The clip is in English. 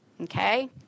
Okay